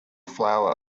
flower